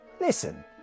Listen